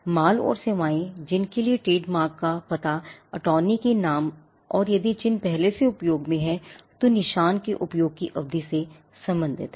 माल और सेवाएँ जिनके लिए ट्रेडमार्क नाम का पता अटॉर्नी के नाम और यदि चिह्न पहले से उपयोग में है तो निशान के उपयोग की अवधि से संबंधित है